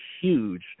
huge